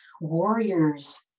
warriors